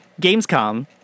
Gamescom